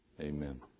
Amen